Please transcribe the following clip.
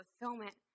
fulfillment